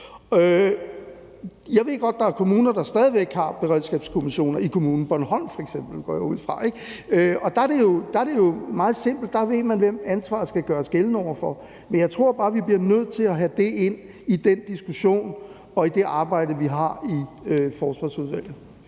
Jeg ved godt, at der er kommuner, der stadig væk har beredskabskommissioner – Bornholm, f.eks., går jeg ud fra. Der er det jo meget simpelt. Der ved man, hvem ansvaret skal gøres gældende over for. Jeg tror bare, vi bliver nødt til at have det ind i den diskussion og i det arbejde, vi har i Forsvarsudvalget.